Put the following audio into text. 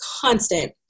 constant